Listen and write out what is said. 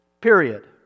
Period